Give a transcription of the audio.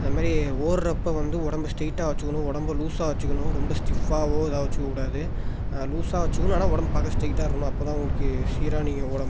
அது மாரி ஓடுறப்ப வந்து உடம்ப ஸ்ட்ரெயிட்டாக வச்சுக்கணும் உடம்ப லூஸாக வைச்சிக்கணும் ரொம்ப ஸ்டிஃப்ஃபாகவோ இதாக வச்சுக்கக் கூடாது லூஸாக வச்சுக்கணும் ஆனால் உடம்ப பார்க்க ஸ்ட்ரெயிட்டாக இருக்கணும் அப்போ தான் உங்களுக்கு சீராக நீங்கள் ஒட முடியும்